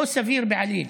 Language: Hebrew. לא סביר בעליל.